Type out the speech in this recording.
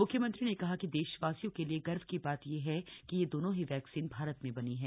मुख्यमंत्री ने कहा कि देशवासियों के लिए गर्व की बात यह है कि ये दोनों ही वैक्सीन भारत में बनी हैं